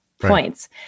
points